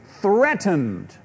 threatened